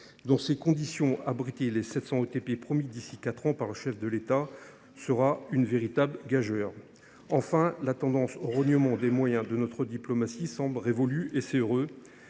Dans ces conditions, abriter les 700 ETP promis d’ici à quatre ans par le chef de l’État sera une véritable gageure… Enfin, la tendance à rogner sur les moyens de notre diplomatie semble révolue, et c’est heureux